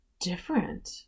different